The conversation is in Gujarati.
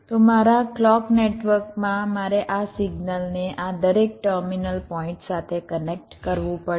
તો મારા ક્લૉક નેટવર્કમાં મારે આ સિગ્નલને આ દરેક ટર્મિનલ પોઇન્ટ સાથે કનેક્ટ કરવું પડશે